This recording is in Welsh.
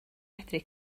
medru